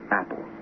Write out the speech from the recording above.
Apple